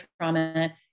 trauma